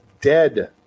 dead